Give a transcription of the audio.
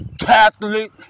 Catholic